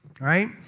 Right